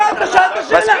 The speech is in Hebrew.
לא, אתה שאלת שאלה.